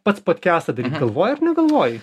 pats podkestą daryt galvoji ar negalvoji